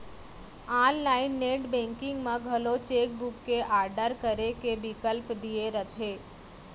online net banking म घलौ cheque book के आडर करे के बिकल्प दिये रथे